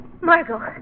Margot